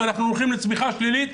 שאנחנו הולכים לצמיחה שלילית,